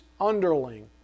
underling